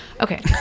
Okay